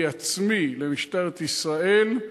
מעצמי, למשטרת ישראל,